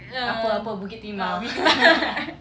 apa apa bukit timah